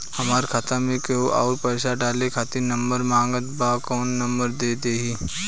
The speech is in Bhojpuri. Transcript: हमार खाता मे केहु आउर पैसा डाले खातिर नंबर मांगत् बा कौन नंबर दे दिही?